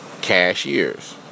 cashiers